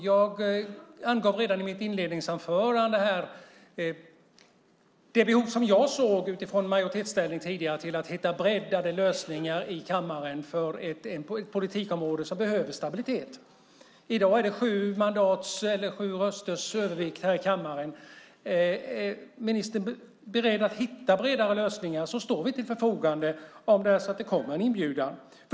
Jag angav redan i mitt inledningsanförande det behov som jag såg när vi var i majoritetsställning tidigare av att hitta breddade lösningar i kammaren för ett politikområde som behöver stabilitet. I dag är det sju rösters övervikt här i kammaren. Är ministern beredd att hitta bredare lösningar står vi till förfogande om det kommer en inbjudan.